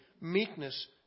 meekness